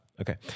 Okay